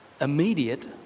immediate